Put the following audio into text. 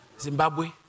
Zimbabwe